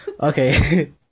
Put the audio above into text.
Okay